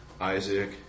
Isaac